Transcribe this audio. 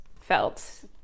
felt